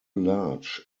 large